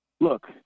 look